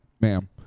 ma'am